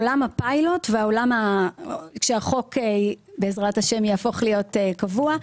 עולם הפיילוט והעולם שהחוק בעזרת השם יהפוך להיות קבוע.